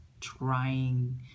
trying